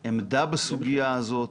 יש עמדה בסוגיה הזאת?